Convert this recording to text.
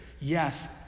yes